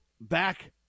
Back